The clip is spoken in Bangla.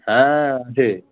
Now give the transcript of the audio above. হ্যাঁ আছে